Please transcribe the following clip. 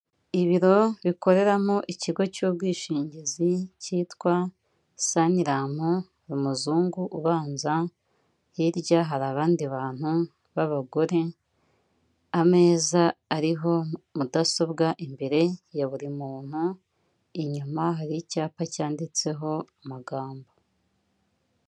Ibiro bikoreramo ikigo cy'ubwishingizi cyitwa Sanlam, umuzungu ubanza, hirya hari abandi bantu b'abagore, ameza ariho mudasobwa imbere ya buri muntu, inyuma hari icyapa cyanditseho amagambo.